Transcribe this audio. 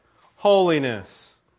Holiness